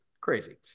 crazy